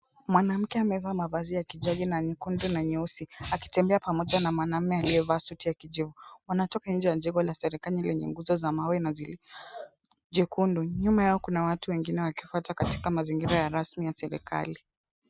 Mwanamke amevaa mavazi ya kijani na nyekundu na nyeusi akitembea pamoja na mwanaume aliyevaa suti ya kijivu. Wanatoka nje ya jengo la serikali lenye nguzo za mawe na jekundu. Nyuma yao kuna watu wengine wakifuata katika mazingira ya rasmi ya serikali.